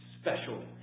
special